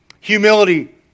Humility